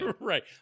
right